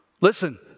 Listen